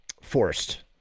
forced